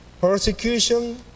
persecution